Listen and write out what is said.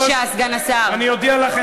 אני אודיע לך,